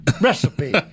recipe